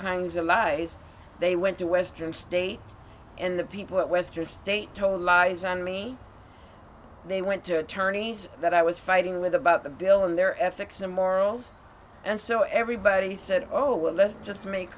kinds of lies they went to western state and the people at western state told lies on me they went to attorneys that i was fighting with about the bill and their ethics and morals and so everybody said oh well let's just make